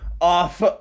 off